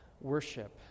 worship